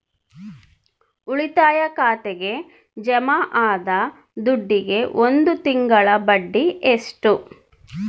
ಉಳಿತಾಯ ಖಾತೆಗೆ ಜಮಾ ಆದ ದುಡ್ಡಿಗೆ ಒಂದು ತಿಂಗಳ ಬಡ್ಡಿ ಎಷ್ಟು?